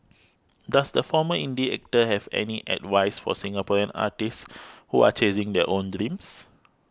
does the former indie actor have any advice for Singaporean artists who are chasing their own dreams